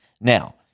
Now